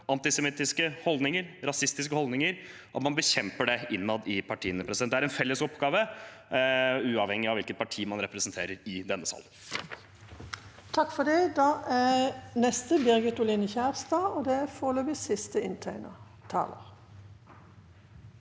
antisemittiske holdninger, rasistiske holdninger, og at man bekjemper det innad i partiene. Det er en felles oppgave, uavhengig av hvilket parti man representerer i denne salen.